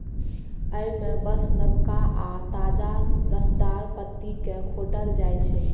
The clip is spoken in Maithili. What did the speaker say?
अय मे बस नवका आ ताजा रसदार पत्ती कें खोंटल जाइ छै